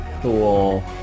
cool